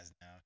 now